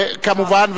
כמובן,